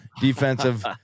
defensive